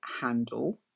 handle